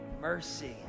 mercy